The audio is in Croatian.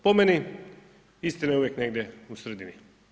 Po meni, istina je uvijek negdje u sredini.